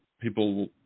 people